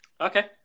Okay